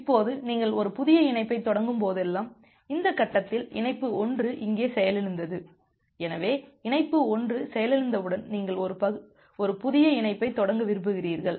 இப்போது நீங்கள் ஒரு புதிய இணைப்பைத் தொடங்கும் போதெல்லாம் இந்த கட்டத்தில் இணைப்பு 1 இங்கே செயலிழந்தது எனவே இணைப்பு 1 செயலிழந்தவுடன் நீங்கள் ஒரு புதிய இணைப்பைத் தொடங்க விரும்புகிறீர்கள்